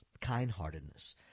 kindheartedness